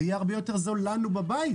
זה יהיה הרבה יותר זול לנו בבית.